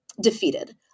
defeated